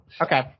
Okay